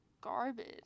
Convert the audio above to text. garbage